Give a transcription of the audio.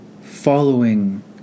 following